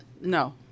No